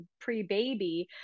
pre-baby